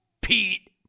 Pete